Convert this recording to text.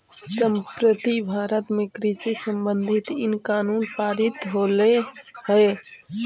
संप्रति भारत में कृषि संबंधित इन कानून पारित होलई हे